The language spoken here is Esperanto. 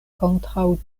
kontraŭ